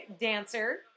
dancer